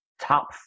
top